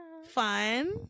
fun